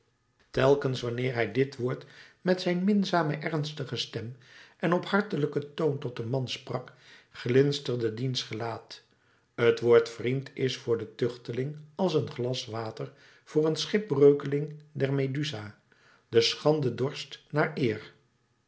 telkens wanneer hij dit woord met zijn minzame ernstige stem en op hartelijken toon tot den man sprak glinsterde diens gelaat t woord vriend is voor den tuchteling als een glas water voor een schipbreukeling der medusa de schande dorst naar eer